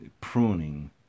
pruning